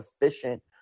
efficient